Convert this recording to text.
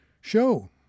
show